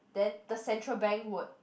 then the Central Bank would